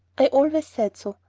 i always said so,